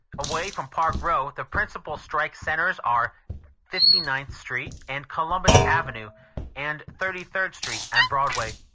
away from park row the principle strike centres are fifty-ninth street and columbus avenue and thirty-third street and broadway.